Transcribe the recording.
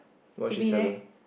what you selling